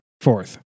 fourth